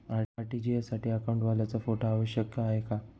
RTGS साठी अकाउंटवाल्याचा photo आवश्यक आहे का?